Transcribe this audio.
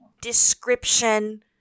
description